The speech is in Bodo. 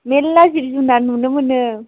मेल्ला जिब जुनार नुनो मोनो